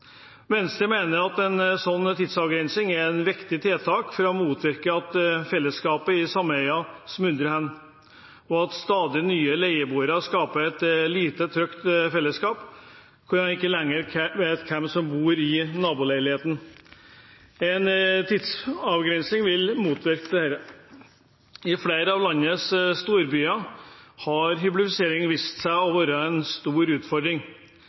Venstre mener at en slik tidsavgrensning er et viktig tiltak for å motvirke at fellesskapet i sameier smuldrer opp, og at stadig nye leieboere skaper et lite trygt fellesskap, hvor en ikke lenger vet hvem som bor i naboleiligheten. En tidsavgrensning vil motvirke dette. I flere av landets storbyer har hyblifisering vist seg å være en stor utfordring.